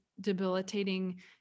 debilitating